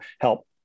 help